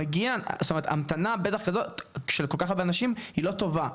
זאת אומרת המתנה של כל כך הרבה אנשים היא לא טובה,